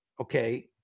Okay